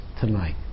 tonight